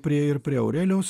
prie ir prie aurelijaus